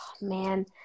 man